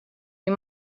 you